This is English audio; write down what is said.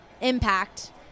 impact